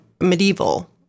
medieval